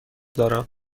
دارم